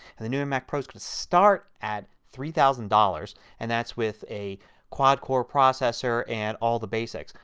and the new and mac pro will start at three thousand dollars and that's with a quad core processor and all the basics.